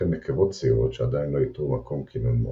וכן נקבות צעירות שעדיין לא איתרו מקום קינון מועדף.